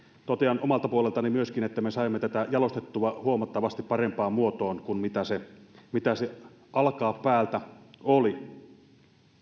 totean omalta puoleltani myöskin että me saimme tätä jalostettua huomattavasti parempaan muotoon kuin mitä se mitä se alkaa päältä oli